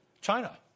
China